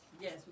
Yes